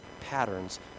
patterns